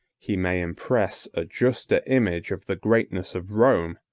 he may impress a juster image of the greatness of rome,